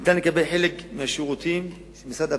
ניתן לקבל חלק מהשירותים של משרד הפנים,